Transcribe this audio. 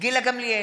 גילה גמליאל,